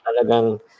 Talagang